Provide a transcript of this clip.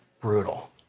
brutal